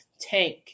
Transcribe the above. tank